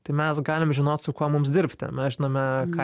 tai mes galim žinot su kuo mums dirbti mes žinome ką